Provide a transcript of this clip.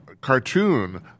cartoon